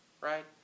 right